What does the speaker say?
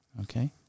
Okay